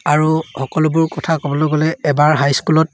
আৰু সকলোবোৰ কথা ক'বলৈ গ'লে এবাৰ হাইস্কুলত